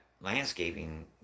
landscaping